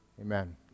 Amen